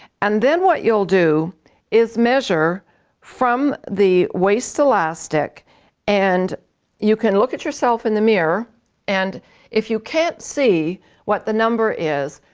and then what you'll do is measure from the waist elastic and you can look at yourself in the mirror and if you can't see what the number is,